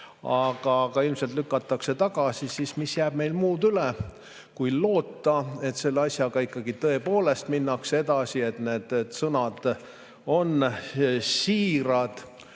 aga ilmselt lükatakse need tagasi –, siis mis jääb meil muud üle kui loota, et selle asjaga ikkagi tõepoolest minnakse edasi ja et need sõnad on siirad.